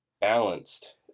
balanced